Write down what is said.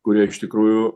kurie iš tikrųjų